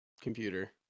computer